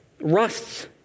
rusts